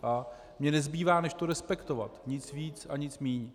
A mně nezbývá než to respektovat. Nic víc a nic méně.